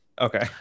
okay